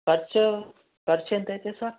ఖర్చు ఖర్చు ఎంత అవుతుంది సార్